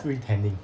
free tanning